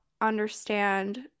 understand